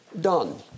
done